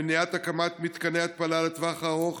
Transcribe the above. מניעת הקמת מתקני התפלה לטווח ארוך